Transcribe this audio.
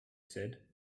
said